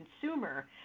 consumer